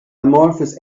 amorphous